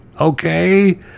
Okay